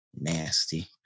Nasty